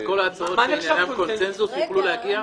אז כל ההצעות שעניינן קונצנזוס יוכלו להגיע?